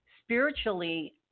spiritually